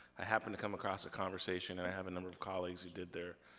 i happened to come across a conversation, and i have a number of colleagues who did their